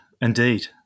Indeed